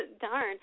darn